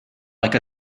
like